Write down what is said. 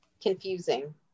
confusing